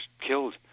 killed